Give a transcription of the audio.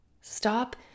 Stop